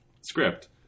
script